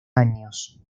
años